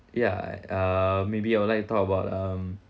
ya uh maybe I'd like to talk about um